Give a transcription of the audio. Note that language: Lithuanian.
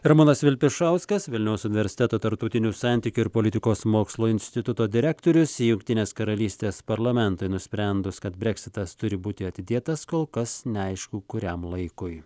ramūnas vilpišauskas vilniaus universiteto tarptautinių santykių ir politikos mokslų instituto direktorius jungtinės karalystės parlamentui nusprendus kad breksitas turi būti atidėtas kol kas neaišku kuriam laikui